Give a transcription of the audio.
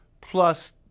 plus